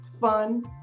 fun